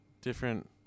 different